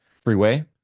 freeway